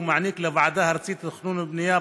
מעניק לוועדה הארצית לתכנון ובנייה,